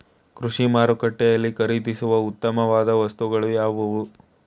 ಕೃಷಿ ಮಾರುಕಟ್ಟೆಯಲ್ಲಿ ಖರೀದಿಸುವ ಉತ್ತಮವಾದ ವಸ್ತುಗಳು ಯಾವುವು?